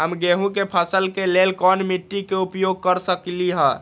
हम गेंहू के फसल के लेल कोन मिट्टी के उपयोग कर सकली ह?